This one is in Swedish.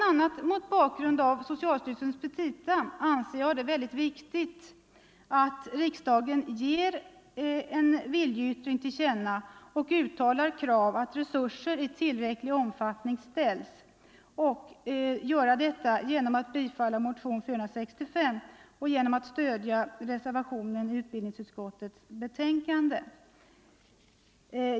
a. mot bakgrund av socialstyrelsens petita anser jag det mycket viktigt att riksdagen ger en viljeyttring till känna och uttalar krav på att resurser i tillräcklig utsträckning ställs till förfogande och gör detta genom att bifalla motionen 465 genom att stödja reservationen till utbildningsutskottets betänkande.